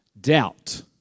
doubt